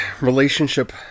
relationship